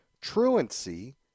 truancy